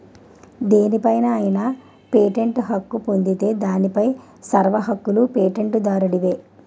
దేనిపై అయినా పేటెంట్ హక్కు పొందితే దానిపై సర్వ హక్కులూ పేటెంట్ దారుడివే